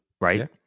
right